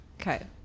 Okay